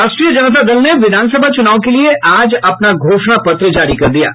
राष्ट्रीय जनता दल ने विधानसभा चुनाव के लिए आज अपना घोषणा पत्र जारी कर दिया है